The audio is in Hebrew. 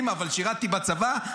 אבל שירתִּי בצבא,